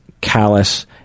callous